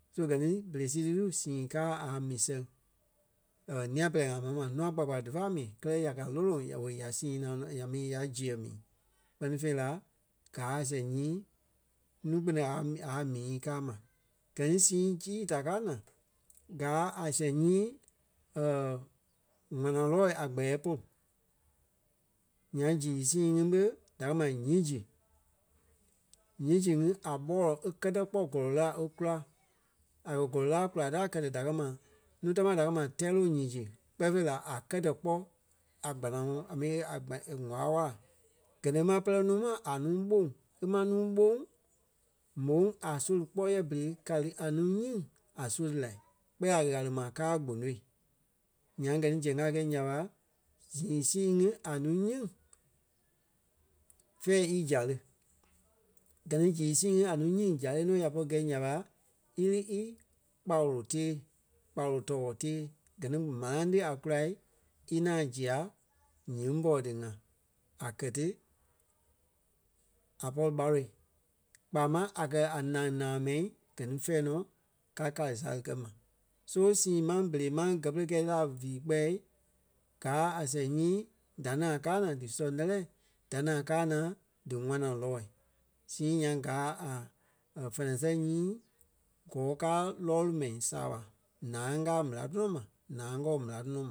So gɛ ni berei sii tí sîi káa a mii sɛŋ. ńîa pɛlɛɛ ŋai maa mɛni mɛni. Nûa kpaya kpaya dífa mii kɛlɛ ya kɛ̀ a lôloŋ ya ɓe ya sîi nanɔ̂ɔ a mi ya ziɛ mi, kpɛ́ni fêi la gaa a sɛŋ nyii nuu-kpune a- a- mii kaa ma. Gɛ ni sîi zii da káa naa gaa a sɛŋ nyii ŋwana-lɔɔ̂i a kpɛɛ polu. Nyaŋ zîi sii ŋí ɓé da kɛ́ ma ǹyiŋ-zi. Ǹyiŋ-zi ŋí a ɓɔlɔi e kɛ́tɛ kpɔ́ gɔlɔ lîa e kula. A kɛ̀ gɔlɔ lîa a kula tí a kɛtɛ da kɛ́ ma nûa támaa da kɛ́ ma tɛ́ɛ-loŋ nyiŋ-zi kpɛɛ fêi la a kɛtɛ kpɔ́ a kpanaŋɔɔ a mi a kpɛ- e wála-wala. Gɛ ni e maŋ pɛlɛ núu ma a núu ɓôŋ. E máŋ nuu ɓóŋ, ɓóŋ a sóli kpɔ́ yɛ berei gáli a nuu nyiŋ a soli lai. Kpɛɛ la ɣále-ma káa kponôi. Nyaŋ gɛ ni zeŋ a kɛi nya ɓa zîi sii ŋí a nuu nyiŋ fɛ̂ɛ í zale. Gɛ ni zîi sii ŋí a nuu nyiŋ zale nɔ ya pɔri gɛi nya ɓa, í lí í kpawolo tée, kpawolo tɔɔ tée. Gɛ ni mãnaŋ tí a kula í ŋaŋ zîa ǹyiŋ pɔ́ɔ ti ŋa. A kɛ̀ ti a pɔri ɓáloi. Kpaa máŋ a kɛ̀ a naŋ-naa mɛi gɛ ni fɛ̂ɛ nɔ ka gáli sale kɛ́ ma. So sîi ma berei máŋ gɛ́ pere kɛɛ tí la vii kpɛɛ gáa a sɛŋ nyii da ní ŋai káa naa dísoŋ lɛ́lɛ, da ní ŋai káa naa dí ŋwana-lɔɔi. Sîi nyaŋ gaa a fɛnɛ nyii gɔɔ káa lɔɔlu mɛi saaɓa náaŋ káa méla tɔnɔ ma náaŋ kɔɔ méla tɔnɔ ma